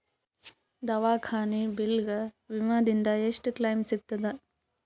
ದವಾಖಾನಿ ಬಿಲ್ ಗ ವಿಮಾ ದಿಂದ ಎಷ್ಟು ಕ್ಲೈಮ್ ಸಿಗತದ?